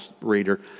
reader